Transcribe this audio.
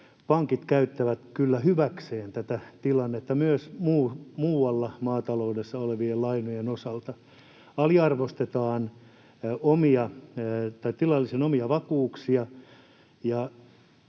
pankit käyttävät kyllä hyväkseen tätä tilannetta myös muualla maataloudessa olevien lainojen osalta. Aliarvostetaan tilallisen omia vakuuksia.